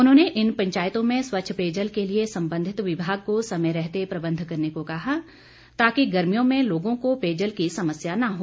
उन्होंने इन पंचायतों में स्वच्छ पेयजल के लिए संबंधित विभाग को समय रहते प्रबंध करने को कहा ताकि गर्मियों में लोगों को पेयजल की समस्या न हो